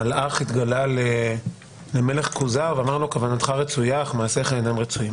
המלאך התגלה למלך כוזר ואמר לו: כוונתך רצויה אך מעשיך אינם רצויים.